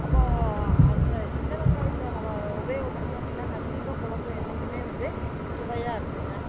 அப்போது அந்த சின்ன வெங்காயத்தை நம்ம உபயோகப்படுத்தினோம் அப்படின்னா கண்டிப்பா குழம்பு என்னைக்குமே வந்து சுவையாக இருக்கும்ங்க